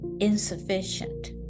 insufficient